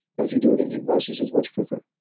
but if you do it in hypnosis, it's much quicker,